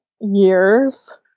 years